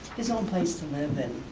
his own place to live and